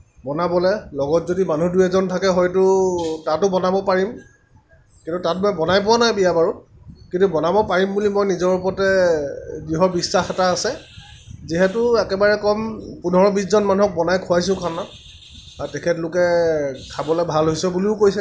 বনাবলৈ লগত যদি মানুহ দুই এজন থাকে হয়তো তাতো বনাব পাৰিম কিন্তু তাত মই বনাই পোৱা নাই বিয়া বাৰুত কিন্তু বনাব পাৰিম বুলি মোৰ নিজৰ ওপৰতে দৃঢ় বিশ্বাস এটা আছে যিহেতু একেবাৰে কম পোন্ধৰ বিছজন মানুহক বনাই খুৱাইছোঁ খানা আৰু তেখেতলোকে খবলৈ ভাল হৈছে বুলিও কৈছে